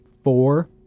four